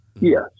Yes